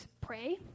pray